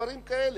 ודברים כאלה,